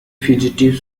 fugitive